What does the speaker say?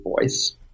voice